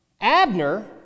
Abner